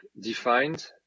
defined